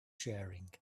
sharing